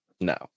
No